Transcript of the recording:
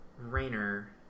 Rainer